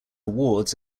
awards